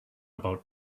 about